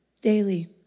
daily